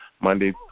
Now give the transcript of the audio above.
Monday